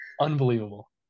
Unbelievable